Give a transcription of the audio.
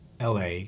LA